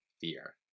fear